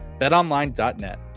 BetOnline.net